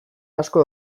asko